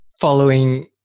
following